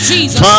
Jesus